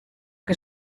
que